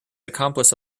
accomplice